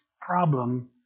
problem